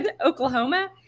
Oklahoma